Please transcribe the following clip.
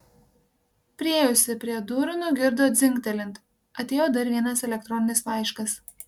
priėjusi prie durų nugirdo dzingtelint atėjo dar vienas elektroninis laiškas